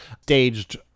staged